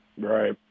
Right